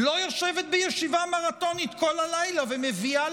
לא יושבת בישיבה מרתונית כל הלילה ומביאה